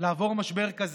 לעבור משבר כזה.